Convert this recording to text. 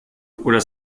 oder